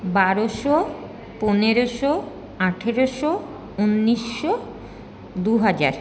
বারোশো পনেরোশো আঠেরোশো উনিশশো দুহাজার